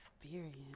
experience